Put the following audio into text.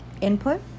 input